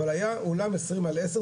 אבל היה סוג של אולם ספורט 20 על 10,